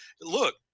look